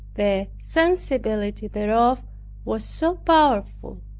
the sensibility thereof was so powerful,